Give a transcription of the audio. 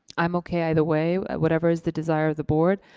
i'm okay either way, whatever is the desire of the board.